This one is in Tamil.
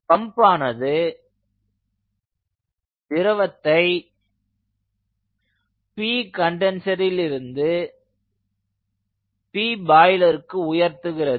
பம்பானது திரவத்தை pcondenser லிருந்து pBoiler க்கு உயர்த்துகிறது